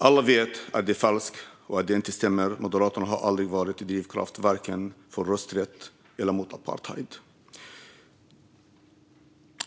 Alla vet att det är falskt och att det inte stämmer. Moderaterna har aldrig varit en drivkraft vare sig för rösträtt eller mot apartheid.